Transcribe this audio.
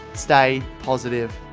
stay positive.